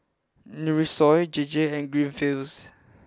Nutrisoy J J and Greenfields